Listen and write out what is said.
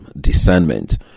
discernment